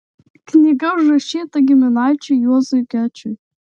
knyga užrašyta giminaičiui juozui gečiui